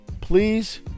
please